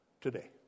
today